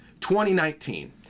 2019